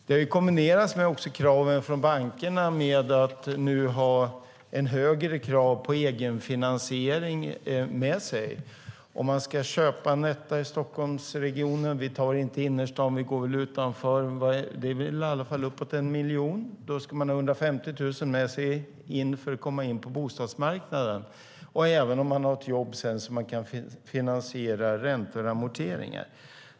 Detta kombineras med att banker har högre krav på egen finansiering. Om man ska köpa en etta i Stockholmsregionen - vi tar inte innerstaden utan går utanför, där det handlar om uppåt 1 miljon - ska man ha 150 000 kronor med sig för att komma in på bostadsmarknaden, även om man sedan har ett jobb så att man kan finansiera räntor och amorteringar.